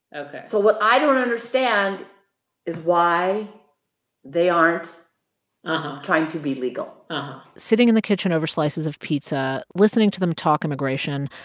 ok so what i don't understand is why they aren't trying to be legal sitting in the kitchen over slices of pizza, listening to them talk immigration,